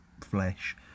flesh